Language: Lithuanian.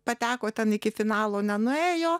pateko ten iki finalo nenuėjo